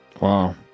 Wow